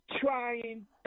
trying